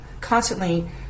constantly